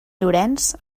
llorenç